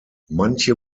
manche